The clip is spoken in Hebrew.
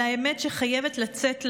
על האמת שחייבת לצאת לאור.